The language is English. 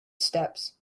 steps